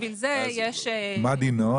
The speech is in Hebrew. מה דינו?